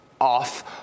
off